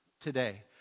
today